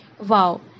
Wow